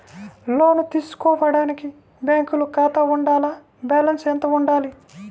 లోను తీసుకోవడానికి బ్యాంకులో ఖాతా ఉండాల? బాలన్స్ ఎంత వుండాలి?